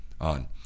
on